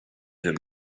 him